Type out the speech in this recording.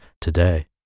today